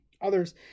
others